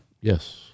Yes